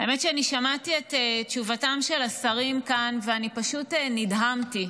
האמת היא ששמעתי את תשובתם של השרים כאן ואני פשוט נדהמתי.